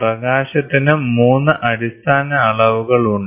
പ്രകാശത്തിന് 3 അടിസ്ഥാന അളവുകൾ ഉണ്ട്